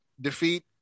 defeat